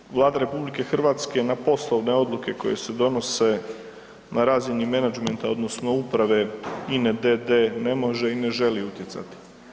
Dakle, Vlada RH na poslovne odluke koje se donose na razini menadžmenta odnosno uprave INA-e d.d. ne može i ne želi utjecati.